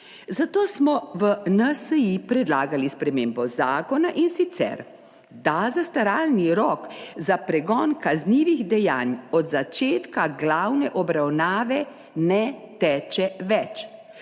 Zato smo v NSi predlagali spremembo zakona, in sicer da zastaralni rok za pregon kaznivih dejanj od začetka glavne obravnave ne teče več.